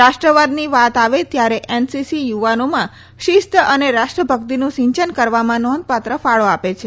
રાષ્ટ્રવાદની વાત આવે ત્યારે એનસીસી યુવાનોમાં શિસ્ત અને રાષ્ટ્રભક્તિનું સિચન કરવામાં નોંધપાત્ર ફાળો આપે છે